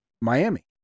Miami